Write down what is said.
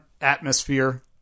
atmosphere